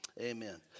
amen